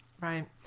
right